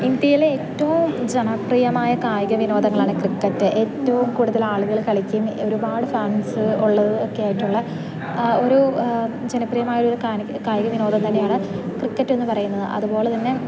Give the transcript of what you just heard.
ഇന്ത്യലെ ഏറ്റവും ജനപ്രിയമായ കായിക വിനോദങ്ങളാണ് ക്രിക്കറ്റ് ഏറ്റവും കൂടുതൽ ആളുകൾ കളിക്കുന്ന ഒരുപാട് ഫാൻസ് ഉള്ളത് ഒക്കെ ആയിട്ടുള്ള ഒരു ജനപ്രിയമായ ഒരു കാനിക കായിക വിനോദം തന്നെയാണ് ക്രിക്കറ്റ് എന്നു പറയുന്നത് അതു പോലെ തന്നെ